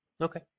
okay